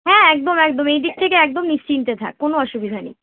হ্যাঁ একদম একদম এই দিক থেকে একদম নিশ্চিন্ত থাক কোনো অসুবিধা নেই